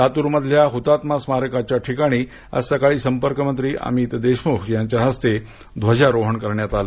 लातूर इथल्या हुतात्मा स्मारकाच्या ठिकाणी आज सकाळी संपर्कमंत्री अमित देशमुख यांच्या हस्ते ध्वजारोहण करण्यात आलं